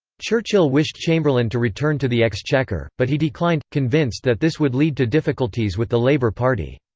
churchill wished chamberlain to return to the exchequer, but he declined, convinced that this would lead to difficulties with the labour party.